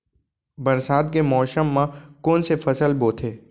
बरसात के मौसम मा कोन से फसल बोथे?